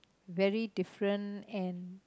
very different and